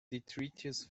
detritus